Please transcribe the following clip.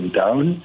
down